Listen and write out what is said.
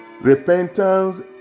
repentance